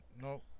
no